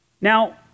Now